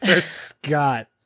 Scott